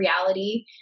reality